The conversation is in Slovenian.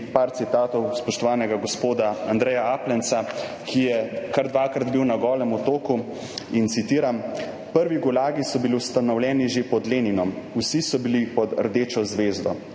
nekaj citatov spoštovanega gospoda Andreja Aplenca, ki je bil kar dvakrat na Golem otoku. Citiram: »Prvi gulagi so bili ustanovljeni že pod Leninom, vsi so bili pod rdečo zvezdo.